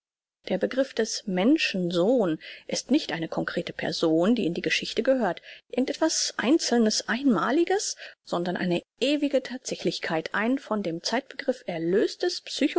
der begriff des menschen sohn ist nicht eine concrete person die in die geschichte gehört irgend etwas einzelnes einmaliges sondern eine ewige thatsächlichkeit ein von dem zeitbegriff erlöstes